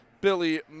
Billy